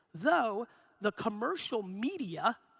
though the commercial media,